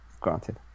granted